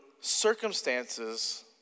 circumstances